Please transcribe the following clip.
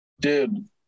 Dude